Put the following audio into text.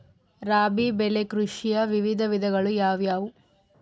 ರಾಬಿ ಬೆಳೆ ಕೃಷಿಯ ವಿವಿಧ ವಿಧಗಳು ಯಾವುವು?